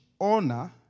honor